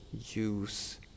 use